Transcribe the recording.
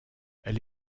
elle